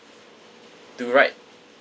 to ride